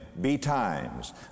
betimes